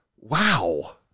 Wow